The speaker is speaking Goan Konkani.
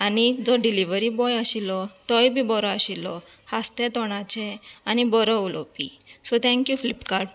आनी जो डिलीवरी बॉय आशिल्लो तोय बी बरो आशिल्लो हांसते तोंडाचे आनी बरो उलोवपी सो थेंन्क्यू फ्लिपकार्ट